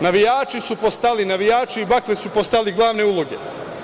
Navijači su postali, navijači i baklje su postale glavne uloge.